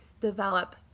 develop